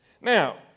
Now